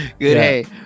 Good